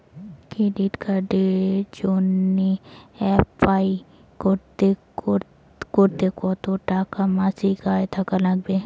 Credit কার্ডের জইন্যে apply করিতে কতো টাকা মাসিক আয় থাকা নাগবে?